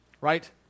right